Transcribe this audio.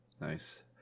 nice